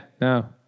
no